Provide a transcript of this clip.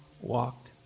walked